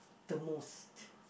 the most